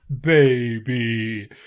baby